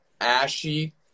ashy